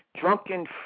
Drunken